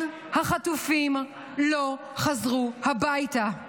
החטופים עדיין לא חזרו הביתה.